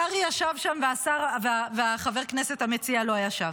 קרעי ישב שם, וחבר הכנסת המציע לא ישב.